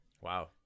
Wow